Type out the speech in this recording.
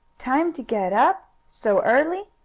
time to get up so early?